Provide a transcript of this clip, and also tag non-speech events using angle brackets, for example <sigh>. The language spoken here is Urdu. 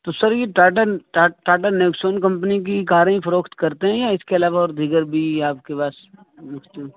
تو سر یہ ٹاٹا ٹاٹا نیکسون کمپنی کی کاریں ہی پھروخت کرتے ہیں یا اس کے علاوہ اور دیگر بھی آپ کے پاس <unintelligible>